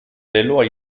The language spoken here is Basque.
leloa